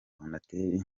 rwandatel